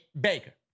Baker